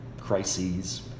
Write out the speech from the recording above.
crises